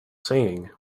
saying